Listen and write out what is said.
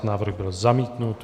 Návrh byl zamítnut.